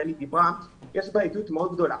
יש בעייתיות מאוד גדולה.